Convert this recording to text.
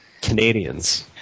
Canadians